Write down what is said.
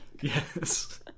Yes